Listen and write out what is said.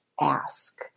ask